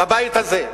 בבית הזה.